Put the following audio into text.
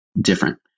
different